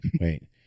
wait